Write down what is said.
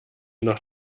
noch